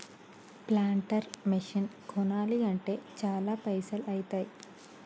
planter machine కొనాలి అంటే చాల పైసల్ ఐతాయ్